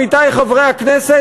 עמיתי חברי הכנסת,